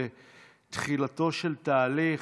זה תחילתו של תהליך,